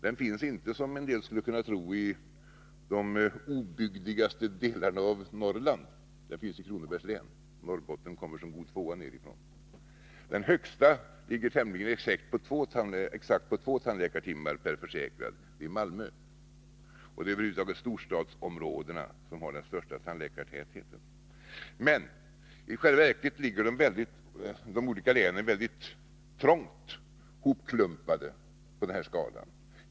Det finns inte som en del skulle kunna tro i de ”obygdigaste” delar av Norrland utan i Kronobergs län. Norrland kommer såsom god tvåa nerifrån. Det högsta antalet ligger tämligen exakt på 2 tandläkartimmar per försäkrad och gäller Malmö. Storstadsområdena har över huvud taget den största tandläkartätheten. I själva verket ligger de olika länen väldigt trångt hopklumpade på skalan.